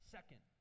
Second